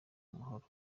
amahoro